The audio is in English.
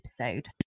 episode